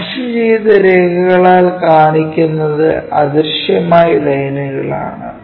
dash ചെയ്ത രേഖകളാൽ കാണിക്കുന്നത് അദൃശ്യമായ ലൈനുകൾ ആണ്